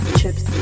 chips